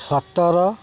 ସତର